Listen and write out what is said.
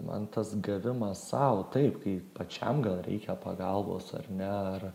man tas gavimas sau taip kai pačiam gal reikia pagalbos ar ne ar